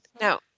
Now